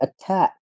attack